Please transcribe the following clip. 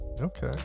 Okay